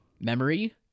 Memory